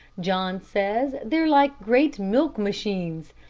john says they're like great milk machines.